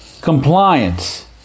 Compliance